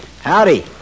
Howdy